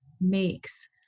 makes